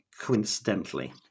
coincidentally